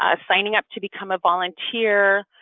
ah signing up to become a volunteer,